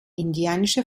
indianische